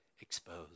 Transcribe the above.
exposed